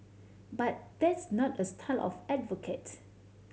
but that's not a style I advocate